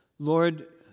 Lord